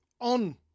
on